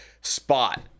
spot